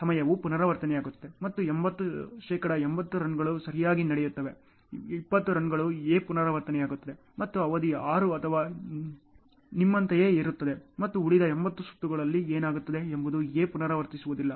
ಸಮಯವು ಪುನರಾವರ್ತನೆಯಾಗುತ್ತದೆ ಮತ್ತು 80 ಶೇಕಡಾ 80 ರನ್ಗಳು ಸರಿಯಾಗಿ ನಡೆಯುತ್ತವೆ 20 ರನ್ಗಳಲ್ಲಿ A ಪುನರಾವರ್ತನೆಯಾಗುತ್ತದೆ ಮತ್ತು ಅವಧಿ 6 ಅಥವಾ ನಿಮ್ಮಂತೆಯೇ ಇರುತ್ತದೆ ಮತ್ತು ಉಳಿದ 80 ಸುತ್ತುಗಳಲ್ಲಿ ಏನಾಗುತ್ತದೆ ಎಂಬುದು A ಪುನರಾವರ್ತಿಸುವುದಿಲ್ಲ